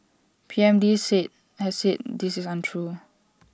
P M lee said has said this is untrue